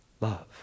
love